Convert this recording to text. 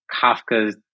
Kafka